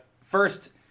first